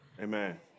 Amen